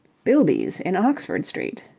bilby's in oxford street.